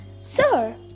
Sir